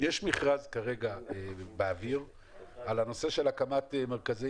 יש מכרז כרגע באוויר על הנושא של הקמת מרכזי